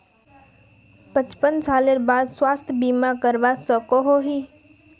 पचपन सालेर बाद स्वास्थ्य बीमा करवा सकोहो ही?